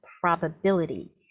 probability